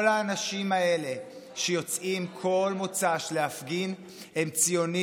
כל האנשים האלה שיוצאים כל מוצ"ש להפגין הם ציונים,